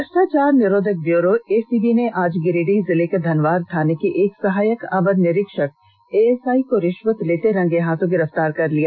भ्रष्टाचार निरोधक bureau ACB आज गिरिडीह जिले के धनवार थाने के एक सहायक अवर निरीक्षक एएसआई को रिश्वत लेते रंगेहाथ गिरफ्तार कर लिया